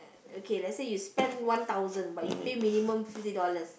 okay let's say you spend one thousand but you pay minimum fifty dollars